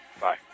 Bye